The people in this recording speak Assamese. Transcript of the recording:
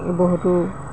বহুতো